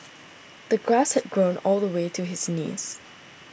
the grass had grown all the way to his knees